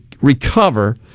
recover